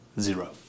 zero